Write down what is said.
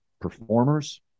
performers